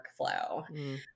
workflow